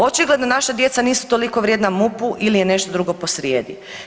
Očigledno naša djeca nisu toliko vrijedna MUP-u ili je nešto drugo posrijedi.